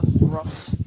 rough